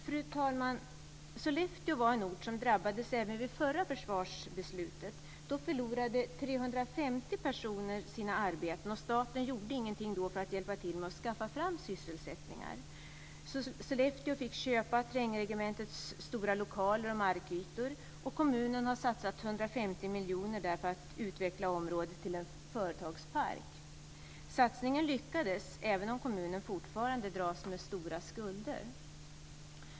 Fru talman! Sollefteå var en ort som drabbades även vid förra försvarsbeslutet. Då förlorade 350 personer sina arbeten och staten gjorde ingenting för att hjälpa till med att skaffa fram sysselsättningar. Sollefteå fick köpa trängregementets stora lokaler och markytor. Kommunen har satsat 150 miljoner för att utveckla området till en företagspark. Satsningen lyckades även om kommunen fortfarande dras med stora skulder.